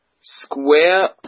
Square